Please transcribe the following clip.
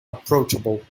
approachable